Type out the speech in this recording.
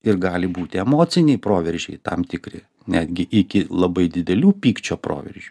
ir gali būti emociniai proveržiai tam tikri netgi iki labai didelių pykčio proveržių